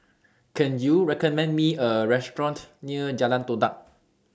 Can YOU recommend Me A Restaurant near Jalan Todak